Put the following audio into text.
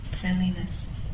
friendliness